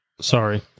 Sorry